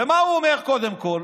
ומה הוא אומר, קודם כול?